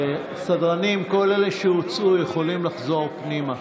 סדרנים, כל אלה שהוצאו יכולים לחזור פנימה.